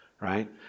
right